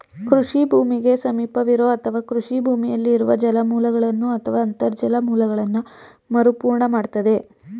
ಕೃಷಿ ಭೂಮಿಗೆ ಸಮೀಪವಿರೋ ಅಥವಾ ಕೃಷಿ ಭೂಮಿಯಲ್ಲಿ ಇರುವ ಜಲಮೂಲಗಳನ್ನು ಅಥವಾ ಅಂತರ್ಜಲ ಮೂಲಗಳನ್ನ ಮರುಪೂರ್ಣ ಮಾಡ್ತದೆ